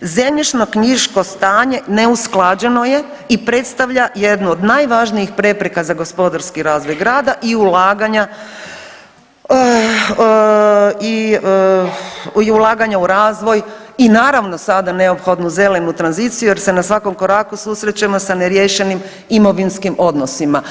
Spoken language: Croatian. zemljišnoknjiško stanje neusklađeno je i predstavlja jednu od najvažnijih prepreka za gospodarski razvoj grada i ulaganja i ulaganja u razvoj i naravno sada neophodnu zelenu tranziciju jer se na svakom koraku susrećemo sa neriješenim imovinskim odnosima.